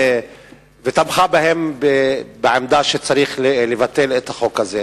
ותמכה בעמדה שצריך לבטל את החוק הזה.